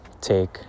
take